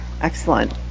Excellent